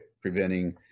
preventing